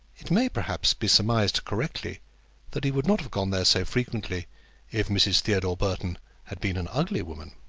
it may, perhaps, be surmised correctly that he would not have gone there so frequently if mrs. theodore burton had been an ugly woman.